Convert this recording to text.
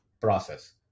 process